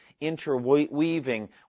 interweaving